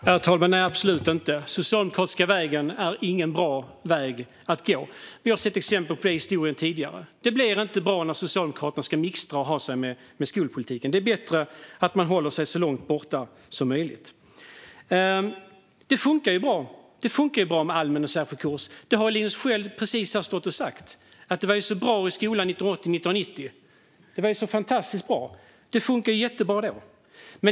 Herr talman! Nej, absolut inte! Den socialdemokratiska vägen är ingen bra väg att gå. Vi har sett exempel på detta tidigare i historien. Det blir inte bra när Socialdemokraterna ska mixtra och ha sig med skolpolitiken. Det är bättre att de håller sig så långt borta som möjligt. Det funkade bra med allmän och särskild kurs. Detta har Linus Sköld själv precis stått och sagt här. Det var ju så bra - fantastiskt bra - i skolan 1980-1990. Det funkade jättebra då.